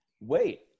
wait